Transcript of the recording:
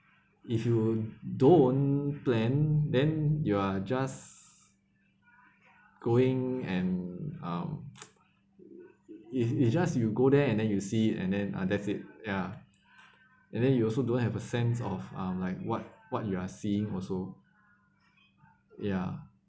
if you don't plan then you are just going and um it's it's just you go there and then you see and then ah that's it ya and then you also don't have a sense of um like what what you are seeing also ya